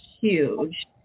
huge